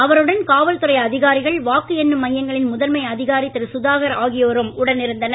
அவருடன் காவல் துறை அதிகாரிகள் வாக்கு எண்ணும் மையங்களின் முதன்மை அதிகாரி திரு சுதாகர் ஆகியோரும் உடனிருந்தனர்